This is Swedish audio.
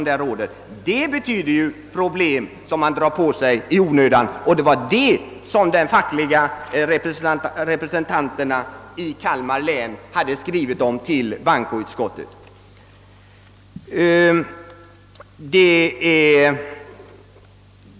Härigenom drar man på sig samhällsproblem i onödan, vilket alltså de fackliga representanterna i Kalmar län hade skrivit om till bankoutskottet.